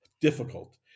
difficult